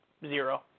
Zero